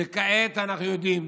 וכעת אנחנו יודעים